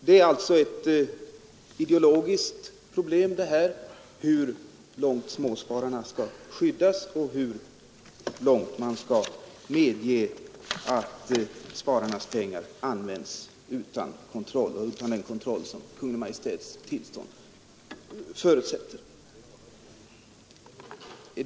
Det är alltså ett ideologiskt problem, hur långt småspararna skall skyddas, och hur långt man skall medge att spararnas pengar används utan den kontroll som Kungl. Maj:ts tillstånd förutsätter.